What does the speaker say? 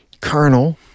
Colonel